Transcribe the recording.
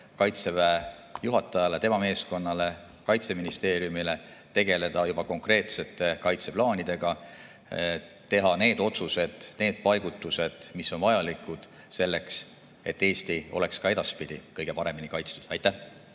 Kaitseväe juhatajale, tema meeskonnale, Kaitseministeeriumile, ja tegeleda juba konkreetsete kaitseplaanidega, teha need otsused, need paigutused, mis on vajalikud selleks, et Eesti oleks ka edaspidi kõige paremini kaitstud.